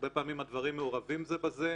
הרבה פעמים הדברים מעורבים זה בזה,